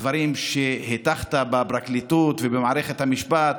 הדברים שהטחת בפרקליטות ובמערכת המשפט,